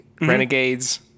Renegades